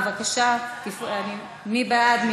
בבקשה, מי בעד?